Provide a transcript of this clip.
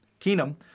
Keenum